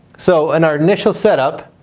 so, in our initial set up,